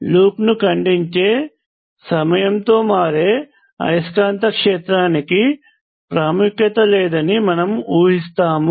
లూప్ను ఖండించే సమయంతో మారే అయస్కాంత క్షేత్రానికి ప్రాముఖ్యత లేదని మనము ఊహిస్తాము